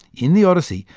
in the odyssey,